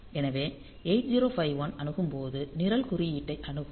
எனவே 8051 அணுகும்போது நிரல் குறியீட்டை அணுகும்